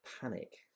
panic